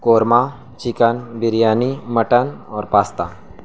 korma chicken biryani mutton اور pasta